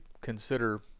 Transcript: consider